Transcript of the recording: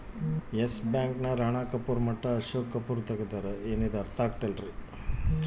S bank ನ ರಾಣ ಕಪೂರ್ ಮಟ್ಟ ಅಶೋಕ್ ಕಪೂರ್ ತೆಗ್ದಾರ